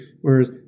whereas